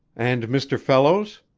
and mr. fellows?